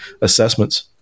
assessments